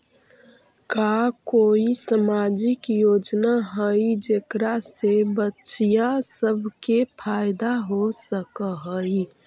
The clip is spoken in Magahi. का कोई सामाजिक योजना हई जेकरा से बच्चियाँ सब के फायदा हो सक हई?